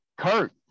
Kurt